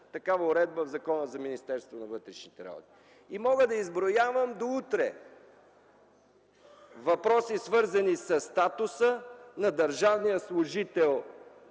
такава уредба в Закона за Министерството на вътрешните работи. Мога да изброявам до утре въпроси, свързани със статуса на държавния служител